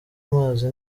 amazi